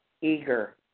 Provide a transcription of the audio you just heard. eager